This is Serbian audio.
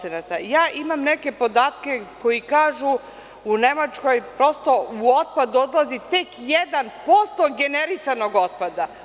Ja imam neke podatke koji kažu u Nemačkoj prosto u otpad odlazi tek 1% generisanog otpada.